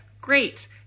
great